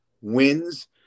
wins